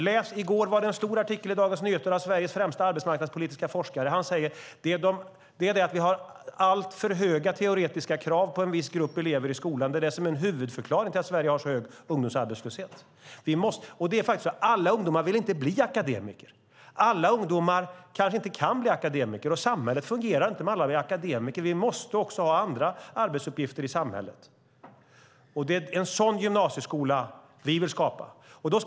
I går var det en stor artikel i Dagens Nyheter av Sveriges främsta arbetsmarknadspolitiska forskare. Han säger: Att vi har alltför höga teoretiska krav på en viss grupp elever i skolan är en huvudförklaring till att Sverige har så hög ungdomsarbetslöshet. Alla ungdomar vill faktiskt inte bli akademiker. Alla ungdomar kanske inte kan bli akademiker, och samhället fungerar inte om alla blir akademiker. Vi måste också ha andra arbetsuppgifter i samhället. Det är en sådan gymnasieskola vi vill skapa.